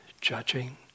judging